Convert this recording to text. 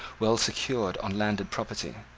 well secured on landed property.